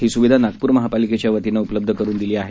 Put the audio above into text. ही स्विधा नागपूर महापालिकेच्या वतीनं उपलब्ध करून दिली आहे